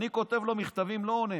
אני כותב לו מכתבים, הוא לא עונה.